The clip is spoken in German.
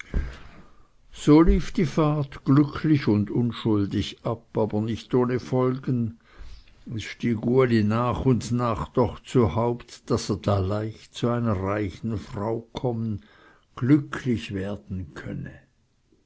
so lief die fahrt glücklich und unschuldig ab aber nicht ohne folgen es stieg uli nach und nach doch zu haupt daß er da leicht zu einer reichen frau kommen glücklich werden könne